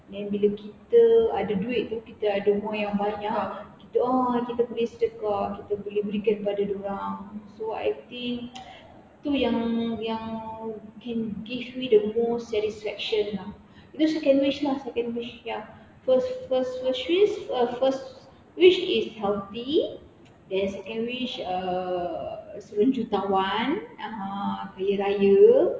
then bila kita ada duit tu kita ada ilmu yang banyak ah kita boleh sedekah kita boleh berikan kepada dorang so I think tu yang yang can give me the most satisfaction lah itu second wish lah second wish ya first first first wis~ first wish is healthy then second wish uh seorang jutawan ah kaya raya